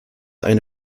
eine